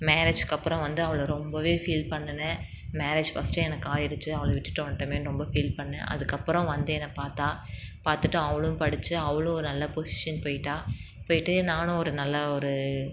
மேரேஜுக்கு அப்புறம் வந்து அவளை ரொம்ப ஃபீல் பண்ணினேன் மேரேஜ் ஃபர்ஸ்ட் எனக்கு ஆகிடுச்சி அவளை விட்டுட்டு வந்துட்டோமேன்னு ரொம்ப ஃபீல் பண்ணிணேன் அதுக்கப்புறம் வந்து என்னை பார்த்தா பார்த்துட்டு அவளும் படித்து அவளும் ஒரு நல்ல பொசிஷன் போய்ட்டா போய்ட்டு நானும் ஒரு நல்ல ஒரு